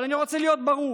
אבל אני רוצה להיות ברור: